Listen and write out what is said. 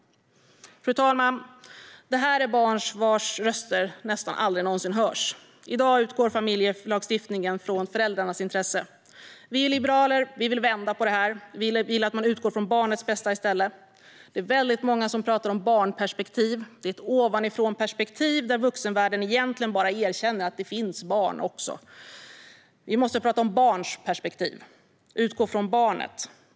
Fru talman! Detta är barn vars röster nästan aldrig hörs. I dag utgår familjelagstiftningen från föräldrarnas intressen. Vi liberaler vill vända på detta; vi vill att man i stället utgår från barnets bästa. Det är väldigt många som pratar om ett barnperspektiv, men det är ett ovanifrånperspektiv där vuxenvärlden egentligen bara erkänner att det även finns barn. Vi måste prata om barns perspektiv och utgå från barnet.